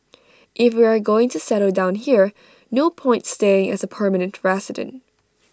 if we are going to settle down here no point staying as A permanent resident